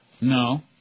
No